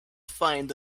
find